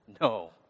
no